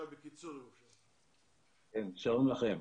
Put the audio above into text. שלום לכם.